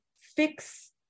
fix